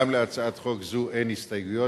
גם להצעת חוק זו אין הסתייגויות.